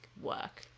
work